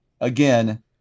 again